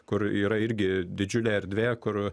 kur yra irgi didžiulė erdvė kur